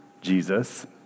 Jesus